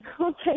Okay